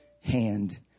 hand